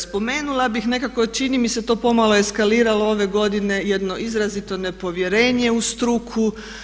Spomenula bih nekako čini mi se to pomalo eskaliralo ove godine jedno izrazito nepovjerenje u struku.